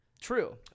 true